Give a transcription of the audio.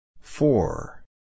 Four